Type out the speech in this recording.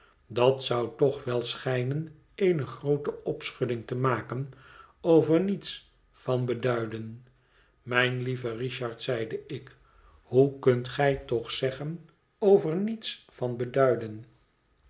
dat zou toch wel schijnen eene groote opschudding te maken over niets van beduiden mijn lieve richard zeide ik hoe kunt gij toch zeggen over niets van beduiden